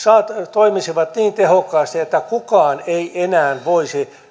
toimisivat niin tehokkaasti että kukaan ei enää voisi